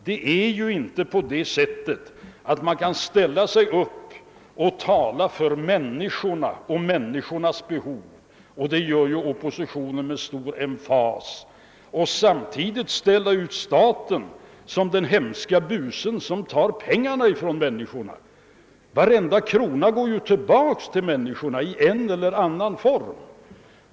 Man kan inte, som oppositionen gör med stor emfas, tala för människornas behov och samtidigt utmåla staten som en hemsk buse som tar pengarna från människor. Varenda krona går ju i en eller annan form tillbaka till människorna.